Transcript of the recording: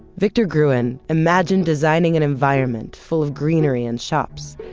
victor gruen imagined designing an environment full of greenery and shops,